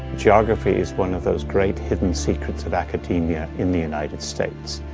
geography is one of those great hidden secrets of academia in the united states.